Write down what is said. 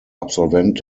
absolvent